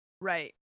Right